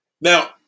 Now